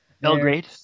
Belgrade